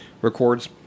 records